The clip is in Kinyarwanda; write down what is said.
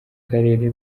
karere